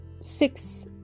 six